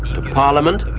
to parliament,